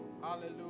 Hallelujah